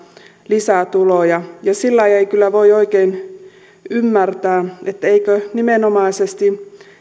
lisää tuloja sillä lailla ei kyllä voi oikein ymmärtää että eikö nimenomaisesti